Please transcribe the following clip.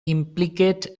implicate